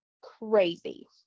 crazy